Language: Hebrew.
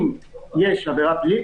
אם יש עבירה פלילית,